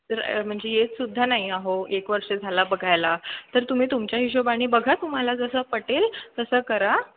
तर म्हणजे येतसुद्धा नाही आहो एक वर्ष झाला बघायला तर तुम्ही तुमच्या हिशोबाने बघा तुम्हाला जसं पटेल तसं करा